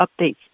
updates